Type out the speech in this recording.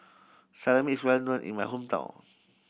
Salami is well known in my hometown